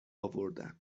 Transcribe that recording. آوردن